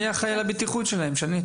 מי אחראי על הבטיחות שלהם, שנית?